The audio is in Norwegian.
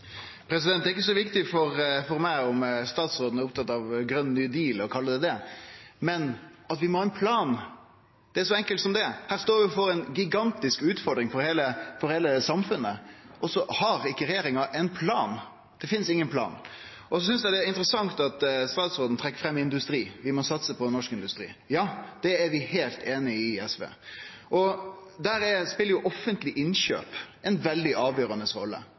er ikkje så viktig for meg om statsråden er opptatt av ein grøn «new deal», å kalle det det, men at vi må ha ein plan. Det er så enkelt som det. Her står vi overfor ei gigantisk utfordring for heile samfunnet, og så har ikkje regjeringa ein plan. Det finst ingen plan. Eg synest det er interessant at statsråden trekkjer fram industri, at vi må satse på norsk industri. Ja, det er vi i SV heilt einige i. Der spelar offentlege innkjøp ei veldig avgjerande rolle.